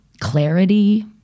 clarity